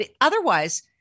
Otherwise